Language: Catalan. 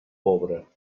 pobra